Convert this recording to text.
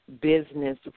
business